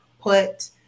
put